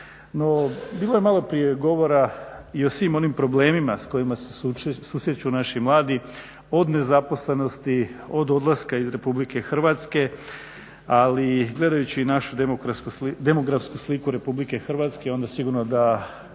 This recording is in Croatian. bilo je malo prije govora i o svim onim problemima sa kojima se susreću naši mladi od nezaposlenosti, od odlaska iz Republike Hrvatske ali i gledajući našu demografsku sliku Republike Hrvatske onda sigurno da